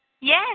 Yes